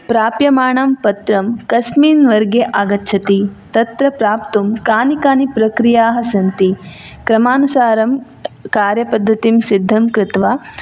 प्राप्यमाणं पत्रं कस्मिन् वर्गे आगच्छति तत्र प्राप्तुं कानि कानि प्रक्रियाः सन्ति क्रमानुसारं कार्यपद्धतिं सिद्धं कृत्वा